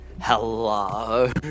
Hello